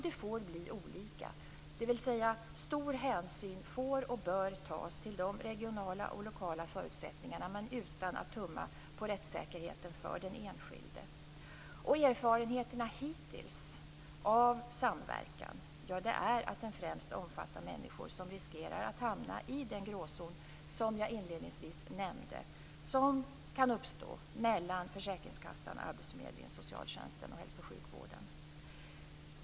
Det får bli olika, dvs. att stor hänsyn får och bör tas till de regionala och lokala förutsättningarna men utan att tumma på rättssäkerheten för den enskilde. Erfarenheterna hittills av samverkan är att den främst omfattar människor som riskerar att hamna in den gråzon som jag inledningsvis nämnde och som kan uppstå mellan försäkringskassan, arbetsförmedlingen, socialtjänsten och hälso och sjukvården.